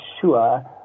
sure